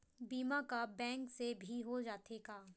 बीमा का बैंक से भी हो जाथे का?